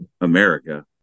America